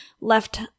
left